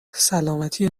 سلامتی